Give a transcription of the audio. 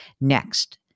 next